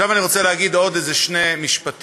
עכשיו אני רוצה להגיד עוד איזה שני משפטים,